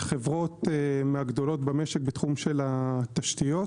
חברות מהגדולות במשק בתחום התשתיות,